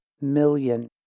million